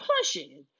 pushing